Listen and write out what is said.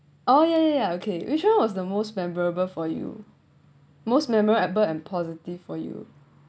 oh ya ya ya okay which one was the most memorable for you most memorable and positive for you